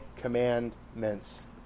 commandments